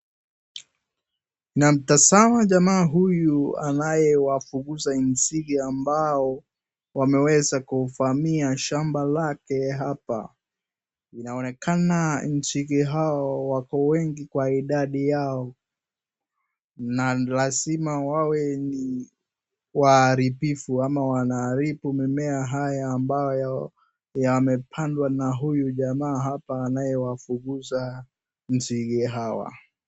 Ninamtazama jamaa huyu anayewafukuza nzige ambao wameweza kuuvamia shamba lake hapa. Inaonekana nzige hao wako wengi kwa idadi yao na lazima wawe ni waharibifu ama wanaharibu mimea haya ambayo yamepandwa na huyu jamaa hapa anayewafukuza nzige hawa.